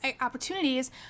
opportunities